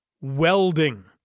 Welding